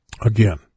again